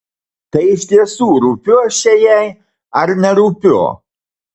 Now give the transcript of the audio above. tai iš tiesų rūpiu aš čia jai ar nerūpiu